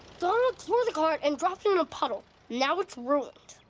donald tore the card and dropped it in a puddle. now it's ruined.